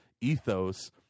ethos